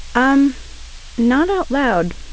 um not out loud,